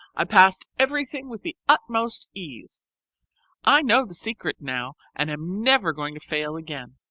i passed everything with the utmost ease i know the secret now, and am never going to fail again.